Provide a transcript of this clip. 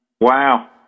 Wow